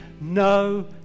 no